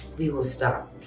we will stop.